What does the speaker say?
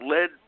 led